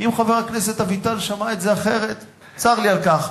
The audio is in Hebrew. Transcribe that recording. אם חבר הכנסת אביטל שמע את זה אחרת, צר לי על כך.